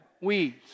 Weeds